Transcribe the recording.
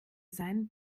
sein